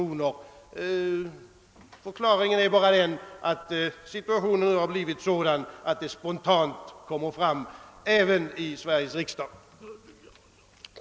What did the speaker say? Och förklaringen är bara den att situationen nu har blivit sådan i skolan att frågan har aktualiserats spontant även här i Sveriges riksdag.